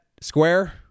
square